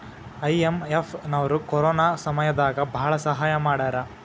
IMF ನವ್ರು corona ಸಮಯ ದಾಗ ಭಾಳ ಸಹಾಯ ಮಾಡ್ಯಾರ